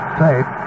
safe